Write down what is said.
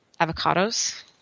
Avocados